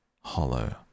hollow